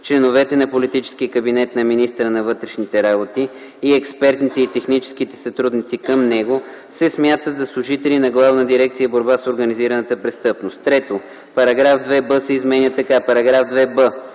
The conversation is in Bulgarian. членовете на политическия кабинет на министъра на вътрешните работи и експертните и техническите сътрудници към него се смятат за служители на Главна дирекция “Борба с организираната престъпност”. 3. Параграф 2б се изменя така: „§ 2б.